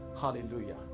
Hallelujah